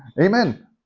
Amen